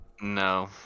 No